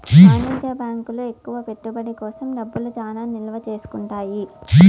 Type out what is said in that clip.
వాణిజ్య బ్యాంకులు ఎక్కువ పెట్టుబడి కోసం డబ్బులు చానా నిల్వ చేసుకుంటాయి